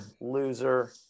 Loser